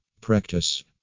Practice